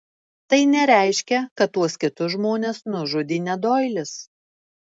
tai nereiškia kad tuos kitus žmones nužudė ne doilis